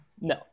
No